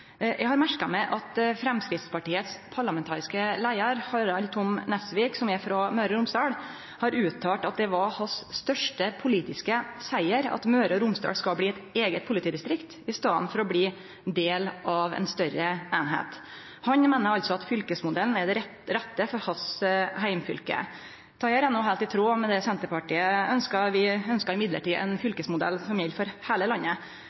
Eg har merka meg at Framstegspartiets parlamentariske leiar, Harald Tom Nesvik, som er frå Møre og Romsdal, har uttalt at det var hans største politiske siger at Møre og Romsdal skal bli eit eige politidistrikt i staden for å bli ein del av ei større eining. Han meiner altså at fylkesmodellen er den rette for sitt heimfylke. Dette er heilt i tråd med det Senterpartiet ønskjer, men vi ønskjer ein fylkesmodell som gjeld for heile landet.